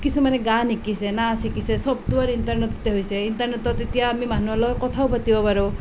কিছুমানে গান শিকিছে নাচ শিকিছে চবতো আৰু ইণ্টাৰনেটতে হৈছে ইণ্টাৰনেটত এতিয়া আমি মানুহৰ লগত কথাও পাতিব পাৰোঁ